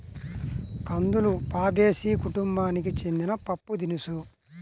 కందులు ఫాబేసి కుటుంబానికి చెందిన పప్పుదినుసు